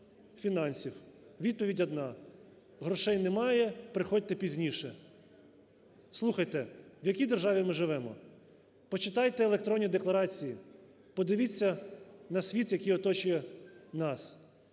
фінансів. Відповідь одна: "Грошей немає, приходьте пізніше". Слухайте, в якій державі ми живемо. Почитайте електронні декларації, подивіться на світ, який оточує нас,